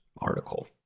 article